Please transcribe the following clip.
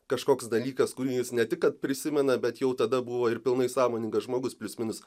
kažkoks dalykas kurį jis ne tik kad prisimena bet jau tada buvo ir pilnai sąmoningas žmogus plius minus